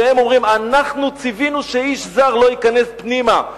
שאומרים: "אנחנו ציווינו שאיש זר לא ייכנס פנימה.